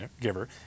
giver